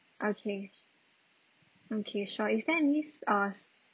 okay okay sure is there any s~ uh